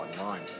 online